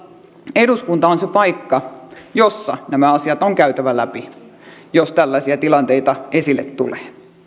eduskunta on se paikka jossa nämä asiat on käytävä läpi jos tällaisia tilanteita esille tulee